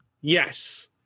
Yes